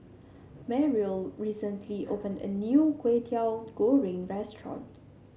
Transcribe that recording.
Mariel recently opened a new Kway Teow Goreng restaurant